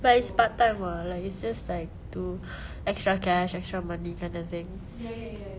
but it's part-time [what] like it's just like to extra cash extra money kind of thing